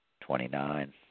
Twenty-nine